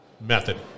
method